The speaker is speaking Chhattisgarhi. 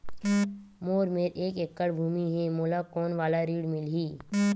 मोर मेर एक एकड़ भुमि हे मोला कोन वाला ऋण मिलही?